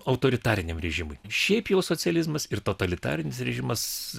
autoritariniam režimui šiaip jau socializmas ir totalitarinis režimas